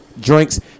drinks